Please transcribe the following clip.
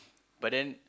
but then